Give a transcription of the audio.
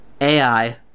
AI